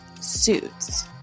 Suits